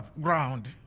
ground